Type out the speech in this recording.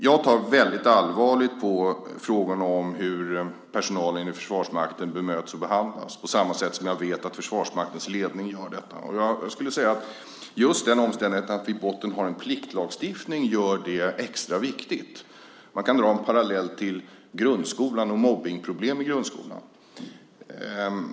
Jag tar väldigt allvarligt på frågan om hur personalen i Försvarsmakten bemöts och behandlas, på samma sätt som jag vet att Försvarsmaktens ledning gör det. Just den omständigheten att vi i botten har en pliktlagstiftning gör det extra viktigt. Man kan dra en parallell till grundskolan och mobbningsproblem i grundskolan.